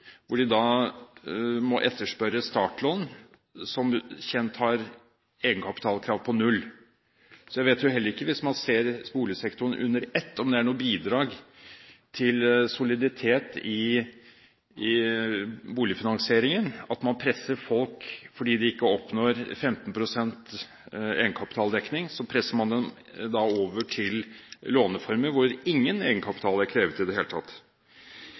hvor de da må etterspørre startlån, som som kjent har et egenkapitalkrav på null. Jeg vet heller ikke, hvis man ser boligsektoren under ett, om det er noe bidrag til soliditet i boligfinansieringen at man presser folk fordi de ikke oppnår 15 pst. egenkapitaldekning. Da presser man dem over til låneformer hvor ingen egenkapital er krevet i det hele tatt.